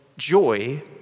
joy